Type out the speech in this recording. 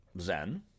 Zen